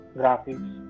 graphics